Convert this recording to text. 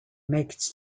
makes